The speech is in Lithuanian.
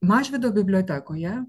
mažvydo bibliotekoje